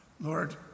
Lord